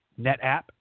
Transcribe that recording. NetApp